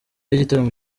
y’igitaramo